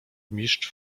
mistrz